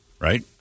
Right